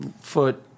foot